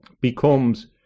becomes